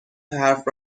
حرف